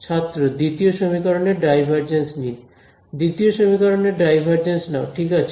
ছাত্র দ্বিতীয় সমীকরণের ডাইভারজেন্স নিন দ্বিতীয় সমীকরণের ডাইভারজেন্স নাও ঠিক আছে